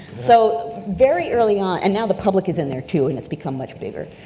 so very early on, and now the public is in there too and it's become much bigger.